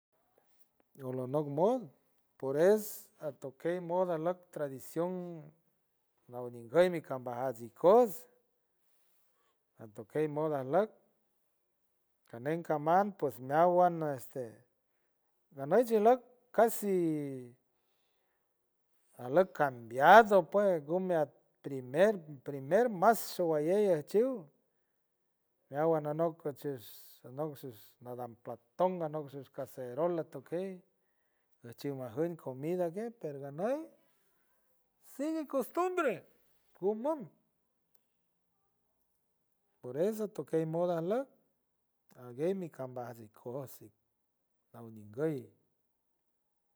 Zolonop mod por es atokey modo lot tradición naw ninguey mi kambajas ikojs tantokey modo ajlock canen caman pues meawan este gajney chijlock casi ajlock cambiado pue gumiat primer primer mas shogalley ajchiw meawan anok cuachish shish nadam paton ganok shish cacerola tokey lachiw majünt comida que perganey sigue constumbre ngumun por eso tokey moda ajlock ajguey mi kambajts ikojts law ninguey.